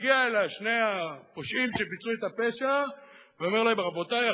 ומגיע לשני הפושעים שביצעו את הפשע ואומר להם: רבותי,